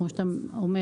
כמו שאתה אומר,